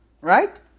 Right